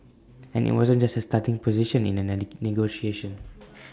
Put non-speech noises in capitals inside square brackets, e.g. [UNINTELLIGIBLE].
and IT wasn't just A starting position in A [UNINTELLIGIBLE] negotiation